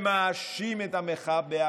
מי מאיתנו חלם על